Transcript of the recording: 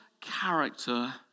character